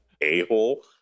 a-hole